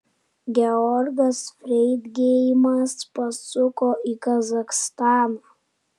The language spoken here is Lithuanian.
georgas freidgeimas pasuko į kazachstaną